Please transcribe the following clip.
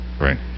Right